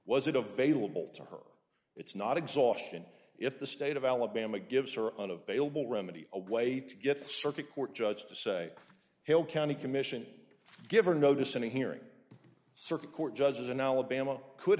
was it a vailable to her it's not exhaustion if the state of alabama gives her unavailable remedy a way to get the circuit court judge to say hail county commission give her notice in a hearing circuit court judges in alabama could